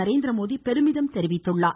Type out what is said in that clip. நரேந்திரமோடி பெருமிதம் தெரிவித்திருக்கிறார்